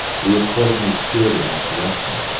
we accordingly steered in that direction.